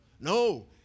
No